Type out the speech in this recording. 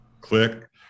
Click